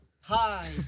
Hi